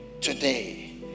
Today